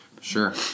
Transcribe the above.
Sure